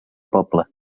poble